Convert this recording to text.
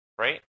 Right